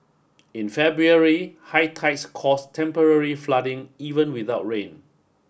in February high tides cause temporary flooding even without rain